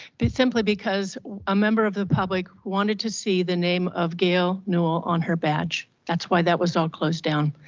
but simply because a member of the public wanted to see the name of gail newel on her badge. that's why that was all closed down.